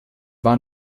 war